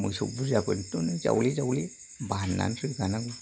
मोसौ बुर्जा बा बिदिनो जावले जावले बाननानैसो रोगानांगौ